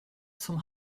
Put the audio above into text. zum